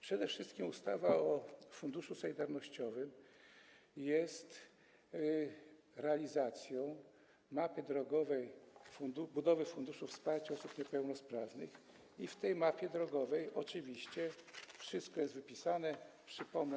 Przede wszystkim ustawa o funduszu solidarnościowym jest realizacją mapy drogowej budowy funduszu wsparcia osób niepełnosprawnych i w tej mapie drogowej oczywiście wszystko jest wypisane, przypomnę.